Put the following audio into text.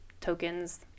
tokens